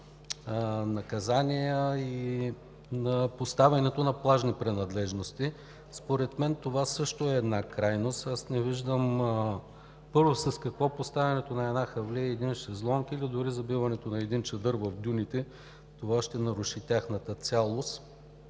наказания при поставянето на плажни принадлежности. Според мен това също е една крайност. Аз не виждам, първо, с какво поставянето на една хавлия, шезлонг или дори забиването на един чадър в дюните, ще се наруши тяхната цялост?